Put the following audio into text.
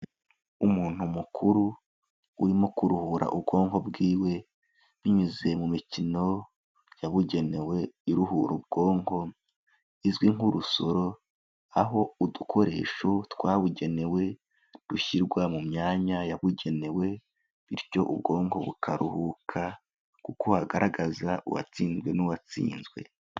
Umuntu mukuru urimo kuruhura ubwonko bwiwe, binyuze mu mikino yabugenewe iruhura ubwonko, izwi nk'urusoro aho udukoresho twabugenewe, dushyirwa mu myanya yabugenewe bityo ubwonko bukaruhuka kuko hagaragaza uwatsinze n'uwatsinzwe.